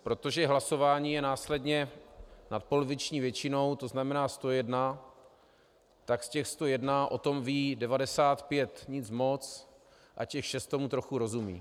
A protože hlasování je následně nadpoloviční většinou, to znamená 101, tak z těch 101 o tom ví 95 nic moc a těch 6 tomu trochu rozumí.